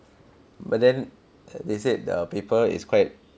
but then they said the paper is quite